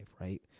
right